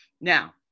Now